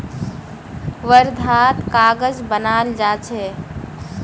वर्धात कागज बनाल जा छे